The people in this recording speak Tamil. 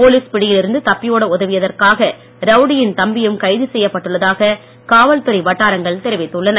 போலீஸ் பிடியில் இருந்து தப்பி ஓட உதவியதற்காக ரவுடியின் தம்பியும் கைது செய்யப்பட்டுள்ளதாக காவல்துறை வட்டாரங்கள் தெரிவித்தன